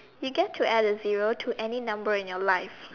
you get to add a zero to any number in your life